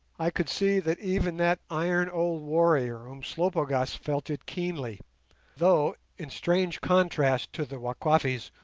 i could see that even that iron old warrior umslopogaas felt it keenly though, in strange contrast to the wakwafis,